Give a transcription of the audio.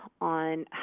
on